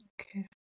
Okay